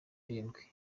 n’irindwi